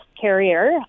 carrier